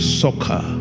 soccer